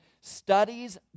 studies